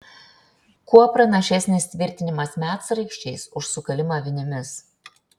kuo pranašesnis tvirtinimas medsraigčiais už sukalimą vinimis